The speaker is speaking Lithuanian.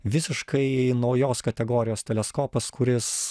visiškai naujos kategorijos teleskopas kuris